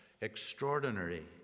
extraordinary